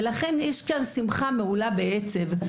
ולכן יש כאן שמחה מהולה בעצב.